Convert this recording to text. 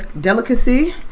delicacy